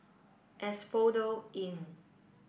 Asphodel Inn